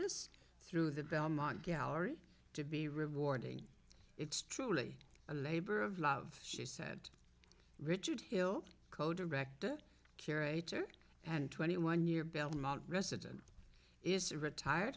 ts through the belmont gallery to be rewarding it's truly a labor of love she said richard hill co director curator and twenty one year belmont resident is a retired